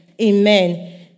Amen